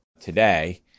today